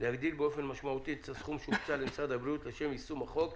להגדיל באופן משמעותי את הסכום שהוקצה למשרד הבריאות לשם יישום החוק.